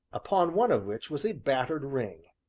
upon one of which was a battered ring.